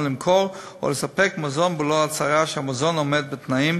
למכור או לספק מזון בלא הצהרה שהמזון עומד בתנאים